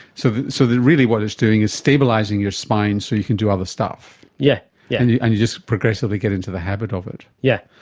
so so really what it's doing is stabilising your spine so you can do other stuff, yeah yeah and you and you just progressively get into the habit of it. yeah